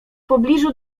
pobliżu